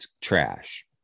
trash